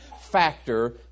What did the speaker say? factor